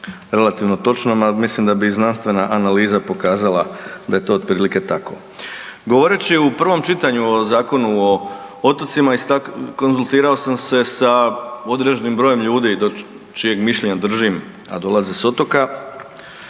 relativno točnom, ali mislim da bi i znanstvena analiza pokazala da je to otprilike tako. Govoreći u prvom čitanju o Zakonu o otocima konzultirao sam se sa određenim brojem ljudi do čijeg mišljenja držim, a dolaze s otoka